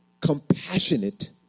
compassionate